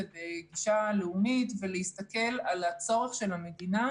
בגישה לאומית ולהסתכל על הצורך של המדינה